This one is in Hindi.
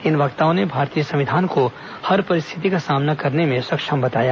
इन वक्ताओं ने भारतीय संविधान को हर परिस्थिति का सामना करने में सक्षम बताया